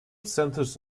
centers